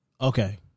Okay